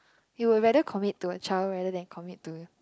you will rather commit to a child rather than commit to